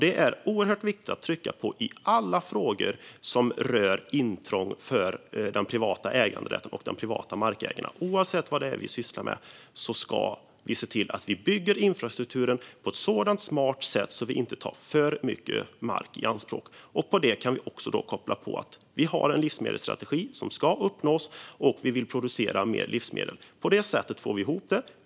Detta är det oerhört viktigt att trycka på i alla frågor som rör intrång i den privata äganderätten och hos de privata markägarna: Oavsett vad det är vi sysslar med ska vi se till att vi bygger infrastrukturen på ett sådant smart sätt att vi inte tar för mycket mark i anspråk. På det kan vi alltså även koppla på att vi har en livsmedelsstrategi som ska uppnås och att vi vill producera mer livsmedel. På det sättet får vi ihop det.